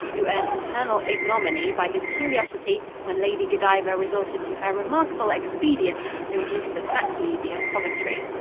who earned eternal ignominy by his curiosity when lady godiva resorted to her remarkable expedient to reduce the tax levy of coventry.